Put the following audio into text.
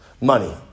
money